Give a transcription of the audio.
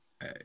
Hey